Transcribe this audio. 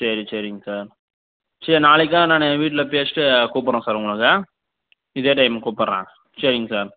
சரி சரிங் சார் சரி நாளைக்காக நான் வீட்டில் பேசிவிட்டு கூப்பிட்றேன் சார் உங்களுக்கு இதே டைமுக்கு கூப்பிட்றேன் சரிங் சார்